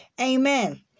amen